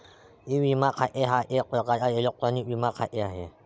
E विमा खाते हा एक प्रकारचा इलेक्ट्रॉनिक विमा खाते आहे